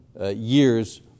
years